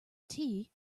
tea